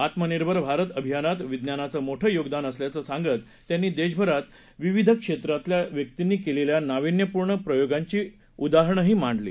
आत्मनिर्भर भारत अभियानात विज्ञानाचं मोठं योगदान असल्याचं सांगत त्यांनी देशभरात विविध क्षेत्रातल्या व्यक्तींनी केलेल्या नाविन्यपूर्ण प्रयोगांची उदाहरणंही मांडली